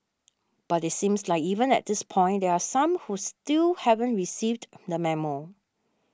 but it seems like even at this point there are some who still haven't received the memo